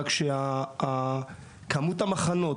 רק שכמות המחנות,